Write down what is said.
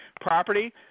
property